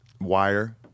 Wire